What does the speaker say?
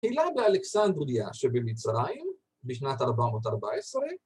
‫הילה באלכסנדודיה שבמצרים, ‫בשנת 414,